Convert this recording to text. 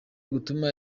gutuma